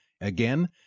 Again